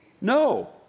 No